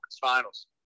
Finals